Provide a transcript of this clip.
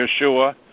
Yeshua